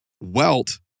Welt